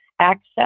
access